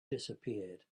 disappeared